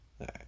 right